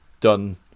done